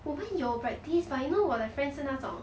我们有 practise but you know 我的 friend 是那种